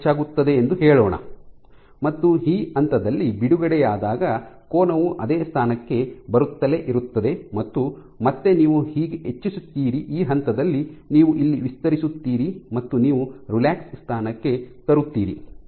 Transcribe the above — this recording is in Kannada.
ಕೋನ ಹೆಚ್ಚಾಗುತ್ತದೆ ಎಂದು ಹೇಳೋಣ ಮತ್ತು ಈ ಹಂತದಲ್ಲಿ ಬಿಡುಗಡೆಯಾದಾಗ ಕೋನವು ಅದೇ ಸ್ಥಾನಕ್ಕೆ ಬರುತ್ತಲೇ ಇರುತ್ತದೆ ಮತ್ತು ಮತ್ತೆ ನೀವು ಹೀಗೆ ಹೆಚ್ಚಿಸುತ್ತೀರಿ ಈ ಹಂತದಲ್ಲಿ ನೀವು ಇಲ್ಲಿ ವಿಸ್ತರಿಸುತ್ತೀರಿ ಮತ್ತು ನೀವು ರಿಲ್ಯಾಕ್ಸ್ ಸ್ಥಾನಕ್ಕೆ ತರುತ್ತೀರಿ